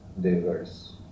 diverse